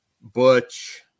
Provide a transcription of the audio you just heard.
butch